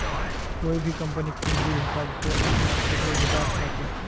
कोई भी कम्पनीक पूंजीर हिसाब स अपनार क्षेत्राधिकार ह छेक